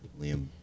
Liam